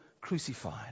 crucified